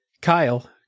Kyle